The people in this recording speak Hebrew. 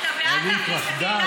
כן, אתה פחדן.